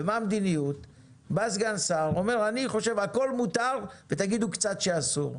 מה המדיניות בא סגן שר ואומר שאני חושב שהכול מותר ותגידו קצת שאסור.